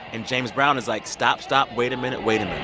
and james brown is like, stop, stop. wait a minute. wait a minute